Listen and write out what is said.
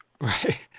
Right